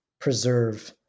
preserve